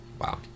Wow